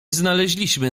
znaleźliśmy